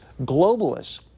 globalists